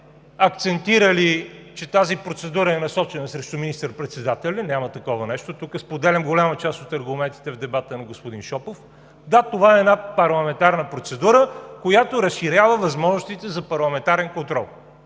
акцентирали, че тази процедура е насочена срещу министър-председателя. Няма такова нещо – тук споделям голяма част от аргументите в дебата на господин Шопов. Да, това е една парламентарна процедура, която разширява възможностите за парламентарен контрол.